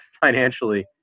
financially